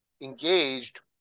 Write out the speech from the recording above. engaged